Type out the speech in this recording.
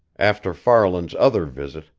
after farland's other visit,